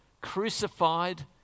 crucified